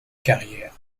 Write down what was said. carrière